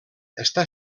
està